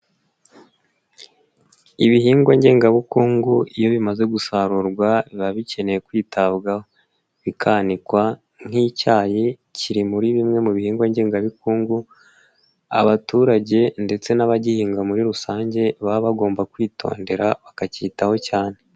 Ibihingwa ngengabukungu iyo bimaze gusarurwa biba bikeneye kwitabwaho, bikanikwa nk'icyayi kiri muri bimwe mu bihingwa ngengabikungu abaturage ndetse n'abagihinga muri rusange baba bagomba kwitondera bakakitaho cyane.